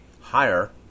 higher